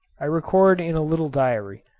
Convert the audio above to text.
i record in a little diary,